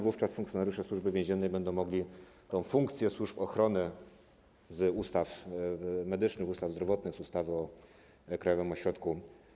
Wówczas funkcjonariusze Służby Więziennej będą mogli realizować funkcję służb ochrony z ustaw medycznych, ustaw zdrowotnych, ustawy o krajowym ośrodku.